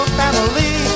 family